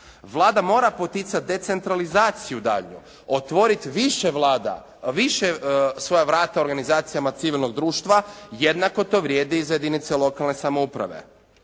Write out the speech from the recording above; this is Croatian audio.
Vlada mora poticati decentralizaciju daljnju. Otvoriti više vlada, više svoja vrata organizacijama civilnog društva. Jednako to vrijedi i za jedinice lokalne samouprave.